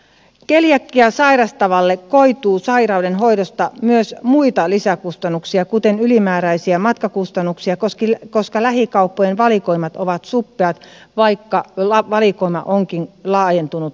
keliakiaa sairastavalle koituu sairauden hoidosta myös muita lisäkustannuksia kuten ylimääräisiä matkakustannuksia koska lähikauppojen valikoimat ovat suppeat vaikka valikoima onkin laajentunut huomattavasti